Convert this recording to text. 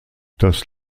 das